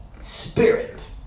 spirit